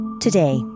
Today